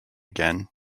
again